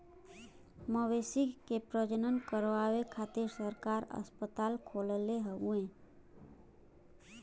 मवेशी के प्रजनन करावे खातिर सरकार अस्पताल खोलले हउवे